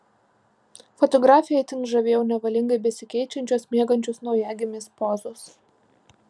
fotografę itin žavėjo nevalingai besikeičiančios miegančios naujagimės pozos